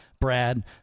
Brad